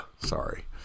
Sorry